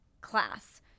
class